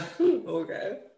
Okay